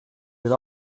with